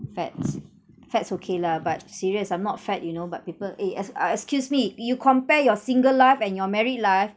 fats fats okay lah but serious I'm not fat you know but people eh ex~ uh excuse me you compare your single life and your married life